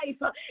life